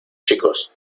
chicos